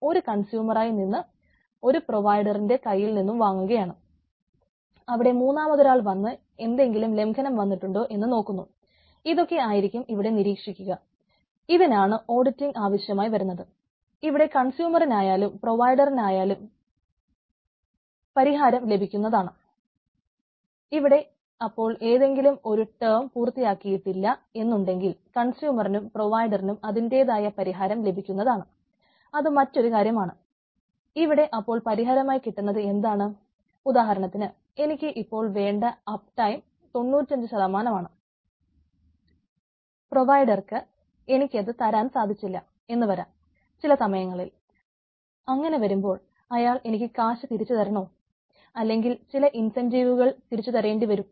ഒരു auditing mechanism തിരിച്ചു തരേണ്ടി വരും